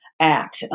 Act